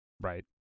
Right